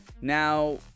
now